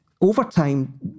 Overtime